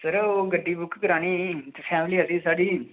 sir ओह् गड्डी book करानी ही फैमिली ही साढ़ी